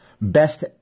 best